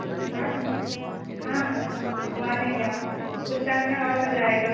तो घुमा देंगे हाँ हाँ हाँ घुमा देंगे आपको उस टाइम में और मज़ा आएगा